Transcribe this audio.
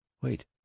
wait